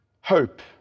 hope